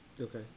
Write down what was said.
Okay